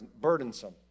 burdensome